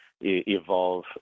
evolve